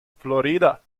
florida